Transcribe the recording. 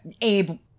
Abe